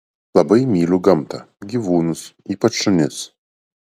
labai myliu gamtą gyvūnus ypač šunis